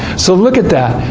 so look at that.